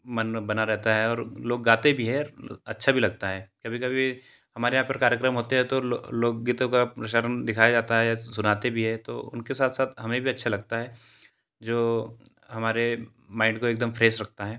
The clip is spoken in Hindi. मन में बना रहता है और लोग गाते भी हैं और अच्छा भी लगता है कभी कभी हमारे यहाँ पर कार्यक्रम होते है तो लोकगीतों का प्रसारण दिखाया जाता है या सुनाते भी है तो उनके साथ साथ हमें भी अच्छा लगता है जो हमारे माइंड को एकदम फ्रेस रखता है